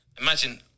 imagine